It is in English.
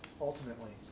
ultimately